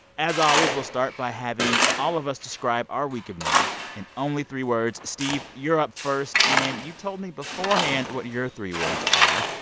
as always, we'll start by having all of us describe our week of news in only three words. steve, you're up first. and you told me beforehand what your three words are.